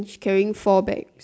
which carrying four bags